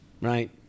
Right